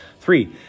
Three